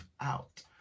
out